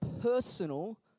personal